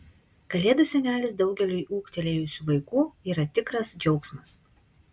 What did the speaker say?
kalėdų senelis daugeliui ūgtelėjusių vaikų yra tikras džiaugsmas